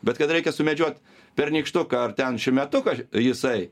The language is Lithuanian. bet kad reikia sumedžiot pernykštuką ar ten šiųmetuką jisai